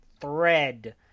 thread